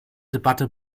debatte